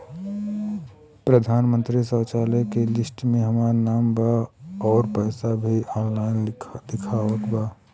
प्रधानमंत्री शौचालय के लिस्ट में हमार नाम बा अउर पैसा भी ऑनलाइन दिखावत बा